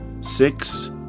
six